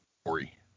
story